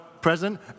present